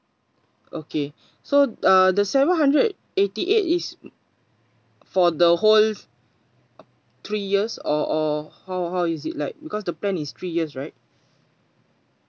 okay so the uh the seven hundred eighty eight is for the whole three years or or how how is it like because the plan is three years right eh